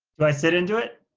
do i sit into it?